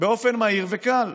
באופן מהיר וקל.